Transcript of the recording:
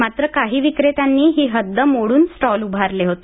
मात्र काही विक्रेत्यांनी ही हद्द मोडून स्टॉल उभारले होते